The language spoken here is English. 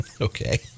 Okay